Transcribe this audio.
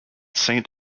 saint